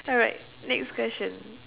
alright next question